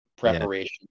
Preparation